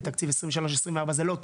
לתקציב 23-24 זה לא תועדף,